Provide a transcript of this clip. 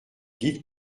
dites